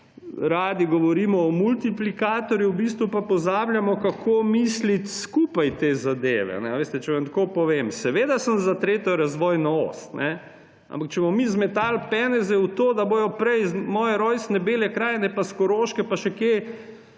Radi govorimo o multiplikatorju, v bistvu pa pozabljamo, kako misliti skupaj te zadeve. Če vam tako povem, seveda sem za tretjo razvojno os, ampak če bomo mi zmetali peneze v to, da bodo prej iz moje rojstne Bele krajine in s Koroške in še kje